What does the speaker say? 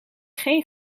geen